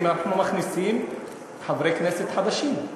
אם אנחנו מכניסים חברי כנסת חדשים,